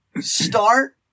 Start